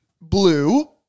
Blue